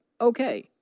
okay